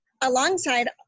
alongside